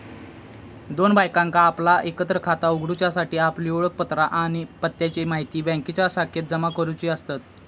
दोन बायकांका आपला एकत्र खाता उघडूच्यासाठी आपली ओळखपत्रा आणि पत्त्याची म्हायती बँकेच्या शाखेत जमा करुची असतत